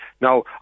Now